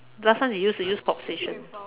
last time they used to use POP station